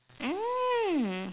mm